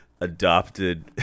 adopted